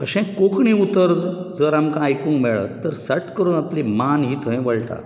अशें कोंकणी उतर जर आमकां आयकूंक मेळत तर सट्ट करून आपली मान ही थंय वळटा